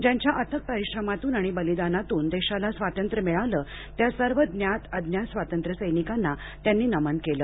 ज्यांच्या अथक परिश्रमातून आणि बलिदानातून देशाला स्वातंत्र्य मिळालं त्या सर्व ज्ञात अज्ञात स्वातंत्र्य सैनिकांना त्यांनी नमन केलं